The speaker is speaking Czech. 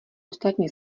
ostatní